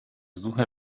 suche